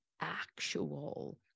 actual